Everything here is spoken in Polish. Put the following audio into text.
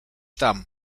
tam